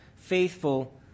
faithful